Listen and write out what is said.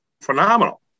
phenomenal